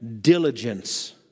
diligence